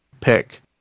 pick